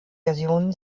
versionen